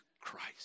Christ